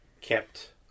kept